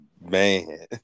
man